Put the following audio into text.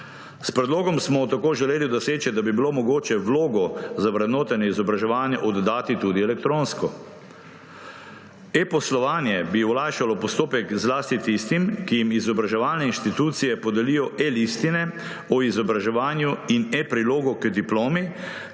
S predlogom smo tako želeli doseči, da bi bilo mogoče vlogo za vrednotenje izobraževanja oddati tudi elektronsko. E-poslovanje bi olajšalo postopek zlasti tistim, ki jim izobraževalne inštitucije podelijo e-listine o izobraževanju in e-prilogo k diplomi,